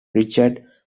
richard